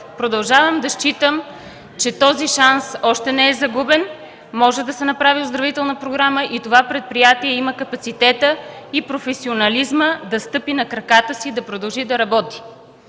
Продължавам да считам, че този шанс още не е загубен, може да се направи оздравителна програма и това предприятие има капацитета и професионализма да стъпи на краката си и да продължи да работи.